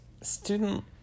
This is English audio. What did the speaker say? student